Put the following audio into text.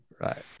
Right